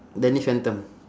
danny phantom